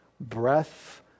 breath